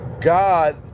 God